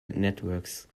networks